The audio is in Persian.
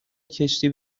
کشتی